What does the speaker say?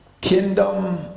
Kingdom